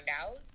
out